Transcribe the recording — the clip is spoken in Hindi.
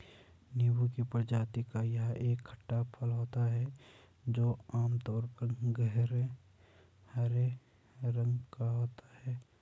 नींबू की प्रजाति का यह एक खट्टा फल होता है जो आमतौर पर गहरे हरे रंग का होता है